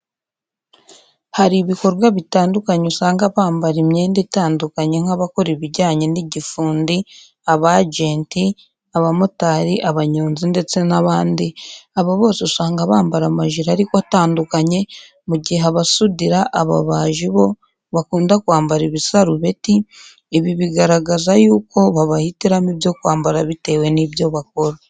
Hari ibikorwa bitandukanye usanga bambara imyende itandukanye nka bakora ibijyanye n'igifundi, abajenti, abamotari, abanyonzi ndetse n'abandi abo bose usanga bambara amajire ariko atandukanye, mu gihe abasudira, ababaji bo bakunda kwambara ibisarubeti, ibi bigaragaza yuko babahitiramo ibyo kwambara bitewe nibyo bakora.